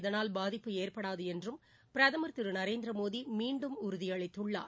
இதனால் பாதிப்பு ஏற்படாது என்றும் பிரதமர் திரு நரேந்திரமோடி மீண்டும் உறுதியளித்துள்ளார்